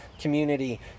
community